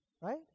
Right